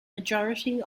majority